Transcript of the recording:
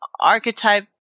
archetype